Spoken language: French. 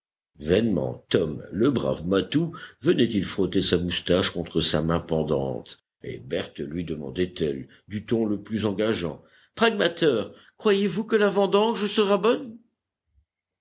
vainement tom le brave matou venait-il frotter sa moustache contre sa main pendante et berthe lui demandait-elle du ton le plus engageant pragmater croyez-vous que la vendange sera bonne